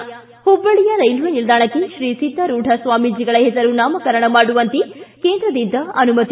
ಿ ಹುಬ್ಬಳ್ಳಿಯ ರೈಲ್ವೆ ನಿಲ್ದಾಣಕ್ಕೆ ಶ್ರೀ ಸಿದ್ದಾರೂಢ ಸ್ವಾಮೀಜಿಗಳ ಹೆಸರು ನಾಮಕರಣ ಮಾಡುವಂತೆ ಕೇಂದ್ರದಿಂದ ಅನುಮತಿ